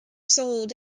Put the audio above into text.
sold